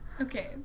Okay